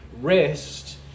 Rest